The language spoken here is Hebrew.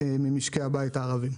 ממשקי הבית הערביים.